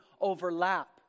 overlap